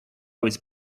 was